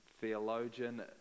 theologian